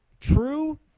true